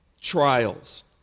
trials